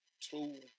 two